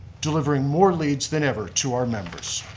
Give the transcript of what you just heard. delivering more leads than ever to our members.